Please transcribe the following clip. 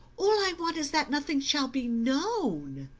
all i want is that nothing shall be known.